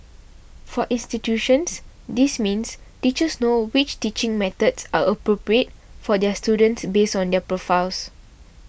for institutions this means teachers know which teaching methods are appropriate for their students based on their profiles